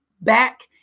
back